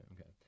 okay